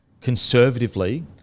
conservatively